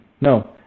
No